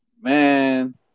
man